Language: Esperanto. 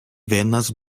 venas